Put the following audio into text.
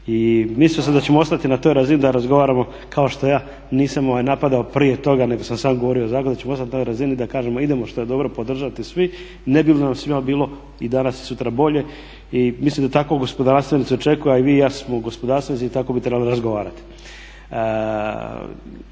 I mislio sam da ćemo ostati na toj razini da razgovaramo kao što ja nisam napadao prije toga nego sam samo govorio … da ćemo ostat na ovoj razini da kažemo idemo što je dobro podržati svi ne bi li nam svima bilo i danas-sutra bolje i mislim da takvo gospodarstvenici očekuju, a i vi i ja smo gospodarstvenici i tako bi trebali razgovarati.